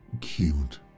cute